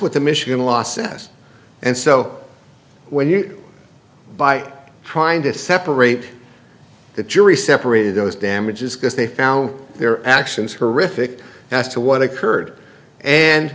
what the michigan law says and so when you buy trying to separate the jury separate those damages because they found their actions horrific as to what occurred and